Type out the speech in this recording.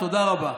תודה רבה.